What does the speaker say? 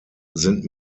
sind